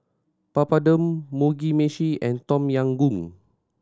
Papadum Mugi Meshi and Tom Yam Goong